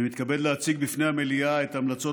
אני מתכבד להציג בפני המליאה את המלצות